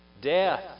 death